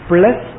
Plus